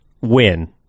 win